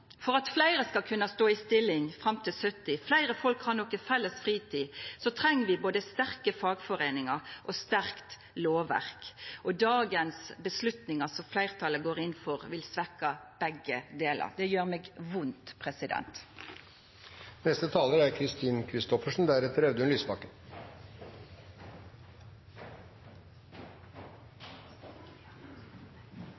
For at fleire skal kunna stå i stilling fram til 70 år, og fleire folk har noko felles fritid, treng vi både sterke fagforeiningar og sterkt lovverk. Dagens forslag til vedtak, som fleirtalet går inn for, vil svekkja begge delar. Det gjer meg vondt.